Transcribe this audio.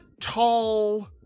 tall